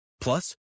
plus